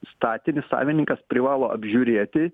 statinį savininkas privalo apžiūrėti